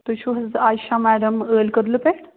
تُہۍ چھِو حظ عیشاہ میڈم ٲلۍ کٔدلہٕ پٮ۪ٹھ